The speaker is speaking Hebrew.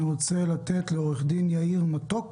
אני רוצה לתת את רשות הדיבור לעורך הדין יאיר מתוק,